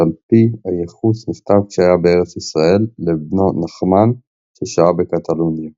שעל פי הייחוס נכתב כשהיה בארץ ישראל לבנו נחמן ששהה בקטלוניה.